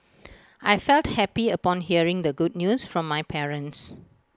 I felt happy upon hearing the good news from my parents